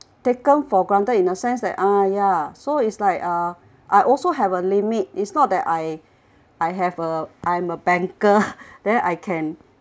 taken for granted in a sense that ah yeah so it's like uh I also have a limit it's not that I I have a I am a banker then I can